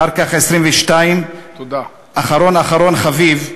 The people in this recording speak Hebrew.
אחר כך 22. אחרון אחרון חביב,